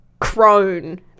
crone